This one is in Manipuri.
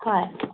ꯍꯣꯏ